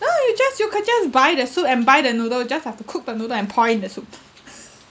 ya you just you could just buy the soup and buy the noodle just have to cook the noodle and pour in the soup